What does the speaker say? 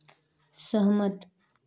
सहमत